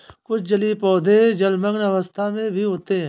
कुछ जलीय पौधे जलमग्न अवस्था में भी होते हैं